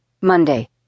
Monday